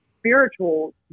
spiritual